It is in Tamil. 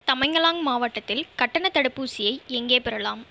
தமைங்கலாங் மாவட்டத்தில் கட்டணத் தடுப்பூசியை எங்கே பெறலாம்